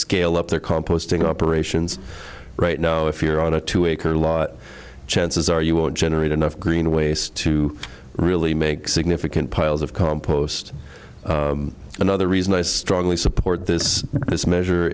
scale up their composting operations right now if you're on a two acre lot chances are you won't generate enough green waste to really make significant piles of compost another reason i strongly support this measure